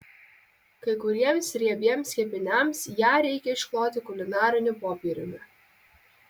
kai kuriems riebiems kepiniams ją reikia iškloti kulinariniu popieriumi